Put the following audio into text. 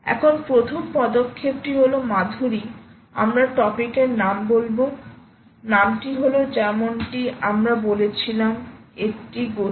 এখন প্রথম পদক্ষেপটি হল মাধুরী আমরা টপিক এর নাম লিখব নামটি হলো যেমনটি আমরা বলেছিলাম এটি গতি